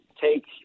take